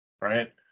right